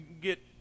get